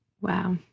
Wow